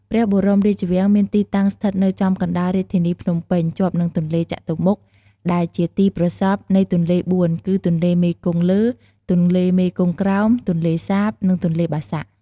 ព្រះបរមរាជវាំងមានទីតាំងស្ថិតនៅចំកណ្ដាល រាជធានីភ្នំពេញ ជាប់នឹងទន្លេចតុមុខ ដែលជាទីប្រសព្វនៃទន្លេបួនគឺ ទន្លេមេគង្គលើ ទន្លេមេគង្គក្រោម ទន្លេសាប និងទន្លេបាសាក់។